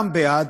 כולם בעד,